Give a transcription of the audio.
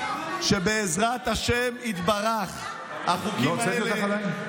שבעזרת השם יתברך, לא הוצאתי אותך עדיין?